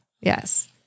Yes